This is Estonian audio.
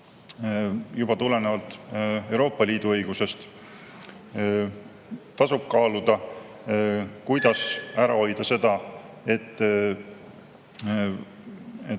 juba tulenevalt Euroopa Liidu õigusest. Tasub kaaluda, kuidas ära hoida seda, et